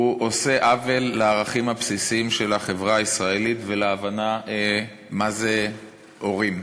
עושה עוול לערכים הבסיסיים של החברה הישראלית ולהבנה מה זה הורים.